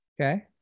Okay